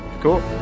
cool